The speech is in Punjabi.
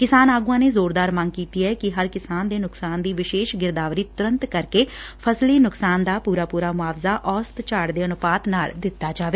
ਕਿਸਾਨ ਆਗੁਆਂ ਨੇ ਜ਼ੋਰਦਾਰ ਮੰਗ ਕੀਤੀ ਐ ਕਿ ਹਰ ਕਿਸਮ ਦੇ ਨੁਕਸਾਨ ਦੀ ਵਿਸ਼ੇਸ਼ ਗਿਰਦਾਵਰੀ ਤੁਰੰਤ ਕਰਕੇ ਫਸਲੀ ਨੁਕਸਾਨ ਦਾ ਪੂਰਾ ਪੂਰਾ ਮੁਆਵਜ਼ਾ ਔਸਤ ਝਾੜ ਦੇ ਅਨੁਪਾਤ ਨਾਲ ਦਿੱਤਾ ਜਾਵੇ